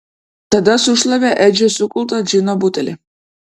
tada sušlavė edžio sukultą džino butelį